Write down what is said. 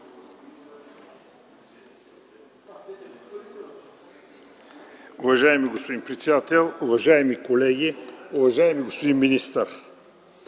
Уважаеми господин председател, уважаеми колеги, уважаеми господин министър!